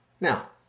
Now